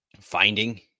finding